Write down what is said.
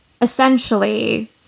essentially